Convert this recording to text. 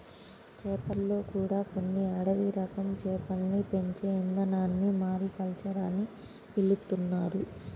చేపల్లో కూడా కొన్ని అడవి రకం చేపల్ని పెంచే ఇదానాన్ని మారికల్చర్ అని పిలుత్తున్నారు